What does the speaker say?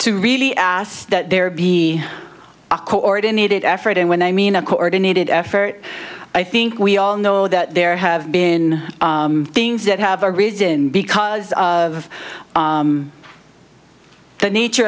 to really ask that there be a coordinated effort and when i mean a coordinated effort i think we all know that there have been things that have arisen because of the nature